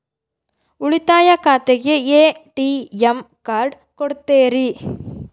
ಉಳಿತಾಯ ಖಾತೆಗೆ ATM card ಕೊಡ್ತೇರಿ?